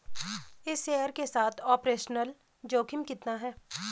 इस शेयर के साथ ऑपरेशनल जोखिम कितना है?